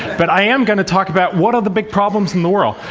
but i am going talk about what are the big problems in the world?